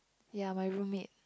ya my room mate